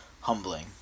humbling